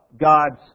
God's